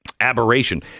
aberration